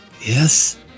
Yes